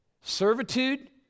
servitude